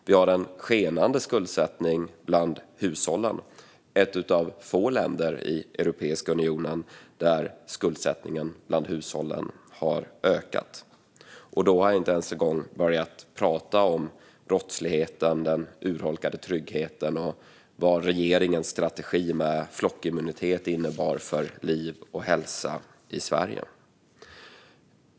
Vi har en skenande skuldsättning bland hushållen; vi är ett av få länder i Europeiska unionen där hushållens skuldsättning har ökat. Då har jag inte ens börjat prata om brottsligheten, den urholkade tryggheten och vad regeringens strategi med flockimmunitet innebar för liv och hälsa i Sverige.